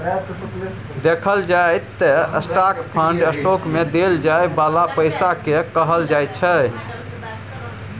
देखल जाइ त स्टाक फंड स्टॉक मे देल जाइ बाला पैसा केँ कहल जाइ छै